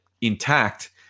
intact